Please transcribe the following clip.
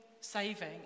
saving